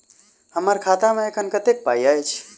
हम्मर खाता मे एखन कतेक पाई अछि?